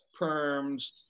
perms